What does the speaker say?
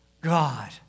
God